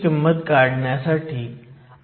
10 amps लिहा